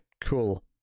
cool